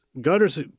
gutters